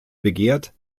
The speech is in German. begehrt